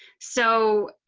so,